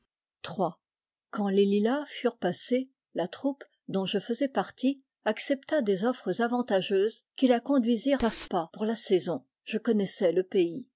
quand les lilas furent passés la troupe dont je faisais partie accepta des offres avantageuses qui la conduisirent à spa pour la saison je connaissais le pays